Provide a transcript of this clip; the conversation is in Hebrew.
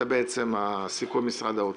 זה הסיכום עם משרד האוצר.